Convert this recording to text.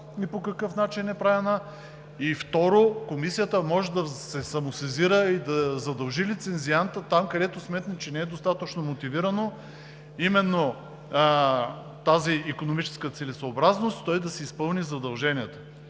и по какъв начин е правена и, второ, Комисията може да се самосезира и да задължи лицензианта там, където сметне, че не е достатъчно мотивирано, именно тази икономическа целесъобразност, той да си изпълни задълженията.